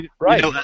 right